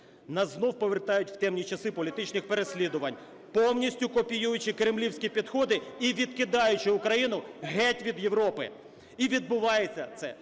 Нас знову повертають в темні часи політичних переслідувань, повністю копіюючи кремлівські підходи і відкидаючи Україну геть від Європи. І відбувається це